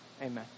Amen